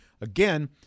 again